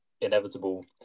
inevitable